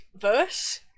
verse